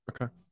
Okay